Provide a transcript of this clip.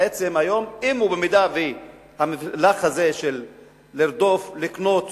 בעצם היום במהלך הזה של לרדוף ולקנות